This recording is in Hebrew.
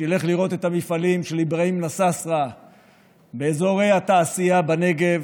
שילך לראות את המפעלים של אברהים נסאסרה באזורי התעשייה בנגב.